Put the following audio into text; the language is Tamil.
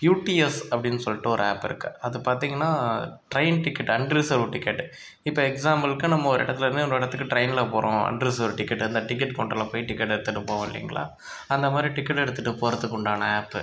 யுடிஎஸ் அப்படினு சொல்லிட்டு ஒரு ஆப் இருக்குது அதை பார்த்தீங்கனா ட்ரெயின் டிக்கெட் அன்ரிசர்வ் டிக்கெட் இப்போ எக்ஸாம்புளுக்கு நம்ம ஒரு இடத்துலருந்து இன்னொரு இடத்துக்கு ட்ரெயினில் போகிறோம் அன்ரிசர்வ் டிக்கெட்டை இந்த டிக்கெட் கவுண்டரில் போய்விட்டு டிக்கெட்டை எடுத்துட்டு போவோம் இல்லிங்களா அந்த மாதிரி டிக்கெட்டை எடுத்துகிட்டு போறதுக்கு உண்டான ஆப்பு